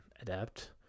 adapt